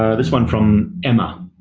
ah this one from emma.